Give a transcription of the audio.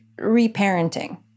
reparenting